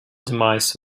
demise